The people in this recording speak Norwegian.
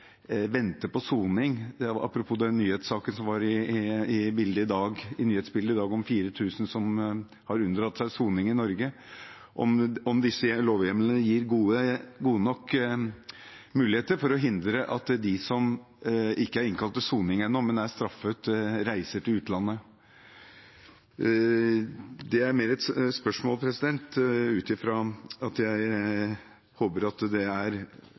var i nyhetsbildet i dag om 4 000 som har unndratt seg soning i Norge – og gir gode nok muligheter for å hindre at de som ikke er innkalt til soning ennå, men er straffet, reiser til utlandet. Det er mer et spørsmål ut ifra at jeg håper at politiet mener det er